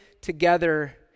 together